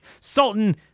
Sultan